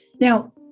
Now